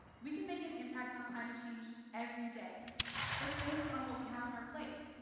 we can make an impact on climate change every day just based on what we have on our plate.